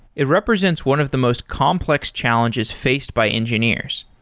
it represents one of the most complex challenges faced by engineers.